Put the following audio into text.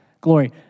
glory